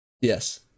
Yes